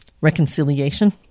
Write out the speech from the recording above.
reconciliation